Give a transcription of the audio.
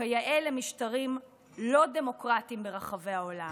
כיאה למשטרים לא דמוקרטיים ברחבי העולם.